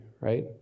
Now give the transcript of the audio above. right